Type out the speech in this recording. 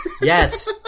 yes